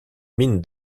mine